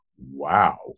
wow